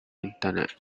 internet